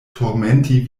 turmenti